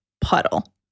puddle